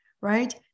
right